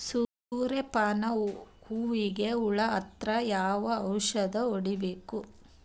ಸೂರ್ಯ ಪಾನ ಹೂವಿಗೆ ಹುಳ ಆದ್ರ ಯಾವ ಔಷದ ಹೊಡಿಬೇಕು?